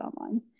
online